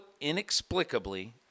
Inexplicably